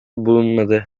bulunmadı